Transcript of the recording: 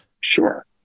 Sure